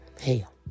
Hell